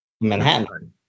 Manhattan